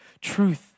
truth